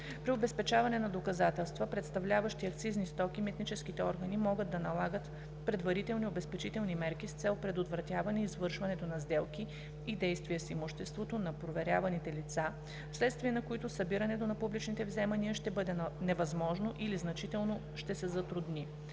При обезпечаване на доказателства, представляващи акцизни стоки, митническите органи могат да налагат предварителни обезпечителни мерки с цел предотвратяване извършването на сделки и действия с имуществото на проверяваните лица, вследствие на които събирането на публичните вземания ще бъде невъзможно или значително ще се затрудни.